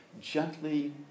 gently